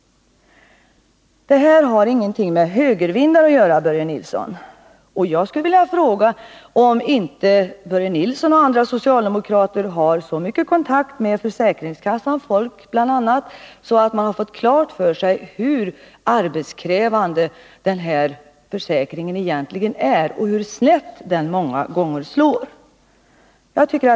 Detta har ingenting med högervindar att göra, Börje Nilsson. Jag skulle vilja fråga om inte Börje Nilsson och andra socialdemokrater har så mycket kontakt med försäkringskassans folk att de har fått klart för sig hur arbetskrävande den här försäkringen egentligen är och hur snett den många gånger slår.